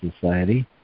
Society